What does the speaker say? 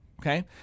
Okay